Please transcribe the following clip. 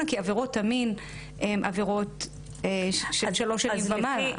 כי עבירות המין הן עבירות של שלוש שנים ומעלה.